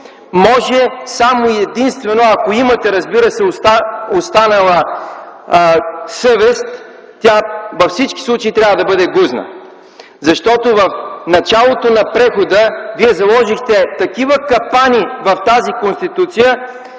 може само и единствено, ако имате, разбира се, останала съвест, тя във всички случаи трябва да бъде гузна. Защото в началото на прехода вие заложихте такива капани в тази Конституция,